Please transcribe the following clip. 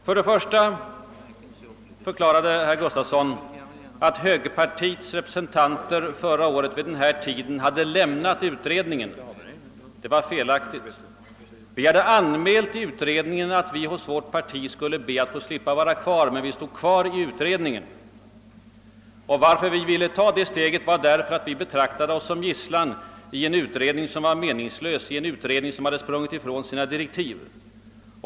För det första förklarade herr Gustafsson att högerpartiets representanter vid denna tid förra året hade »lämnat» utredningen! Det är felaktigt. Vi hade anmält till utredningen att vi hos vårt parti skulle be att få slippa vara kvar, men vi stod kvar i utredningen. Vi ville ta det steget därför att vi betraktade oss som gisslan i en utredning som var meningslös, en utredning som redan hade sprungit ifrån sina direktiv.